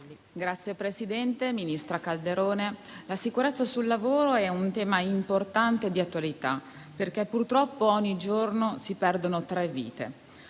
Signor Presidente, ministra Calderone, la sicurezza sul lavoro è un tema importante e di attualità perché purtroppo ogni giorno si perdono tre vite.